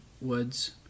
woods